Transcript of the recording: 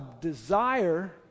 desire